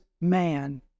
man